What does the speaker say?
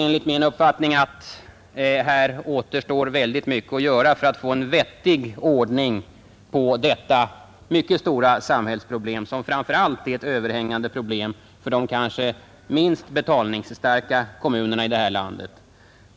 Enligt min uppfattning är det helt klart att här återstår väldigt mycket att göra för att få en vettig lösning på detta mycket stora samhällsproblem som framför allt är ett överhängande hot för de kanske minst betalningsstarka kommunerna i detta land.